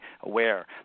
aware